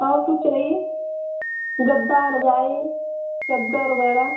और कुछ चाहिए गद्दा रज़ाई चद्दर वगैरह